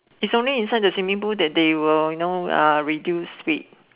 is only inside the swimming pool that they will you know uh reduce speed